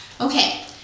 Okay